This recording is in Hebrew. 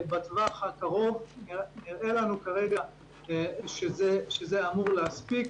בטווח הקרוב נראה לנו שזה אמור להספיק.